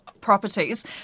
properties